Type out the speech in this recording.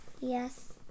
Yes